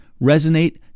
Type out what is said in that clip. resonate